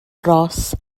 ros